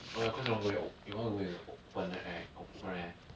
oh ya cause you want go your o~ you want go your open right open air